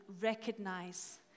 recognize